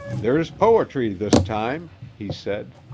there's poetry this time, he said.